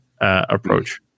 approach